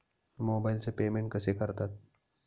मोबाइलचे पेमेंट कसे करतात?